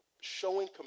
showing